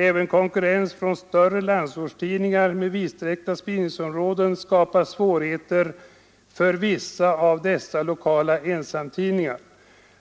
Även konkurrensen från de större landsortstidningarna med vidsträckta spridningsområden skapar svårigheter för vissa av dessa lokala ensamtidningar.